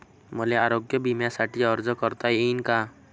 मले आरोग्य बिम्यासाठी अर्ज करता येईन का?